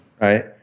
right